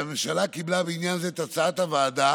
הממשלה קיבלה בעניין זה את הצעת הוועדה